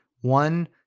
one